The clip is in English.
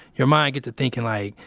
your mind get to thinking like,